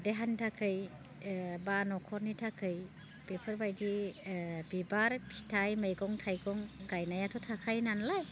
देहानि थाखाय बा न'खरनि थाखाय बेफोरबायदि बिबार फिथाइ मैगं थाइगं गायनायाथ' थाखायो नालाय